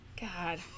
God